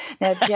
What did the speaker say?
Now